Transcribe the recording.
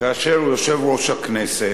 כאשר יושב-ראש הכנסת,